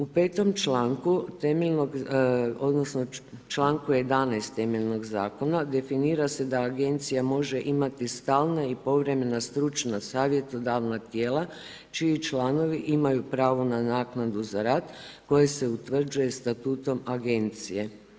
U 5. članku odnosno čl. 11. temeljnog Zakona definira se da Agencija može imati stalne i povremena stručna savjetodavna tijela, čiji članovi imaju pravo na naknadu za rad, koje se utvrđuje Statutom Agencije.